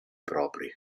propri